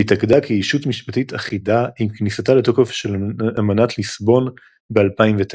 והתאגדה כיישות משפטית אחידה עם כניסתה לתוקף של אמנת ליסבון ב-2009.